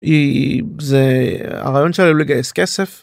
היא… זה… הרעיון שלה בלגייס כסף.